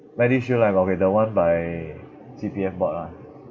medishield life okay that one by C_P_F board lah